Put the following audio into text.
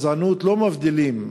וגזענות לא מבדילים: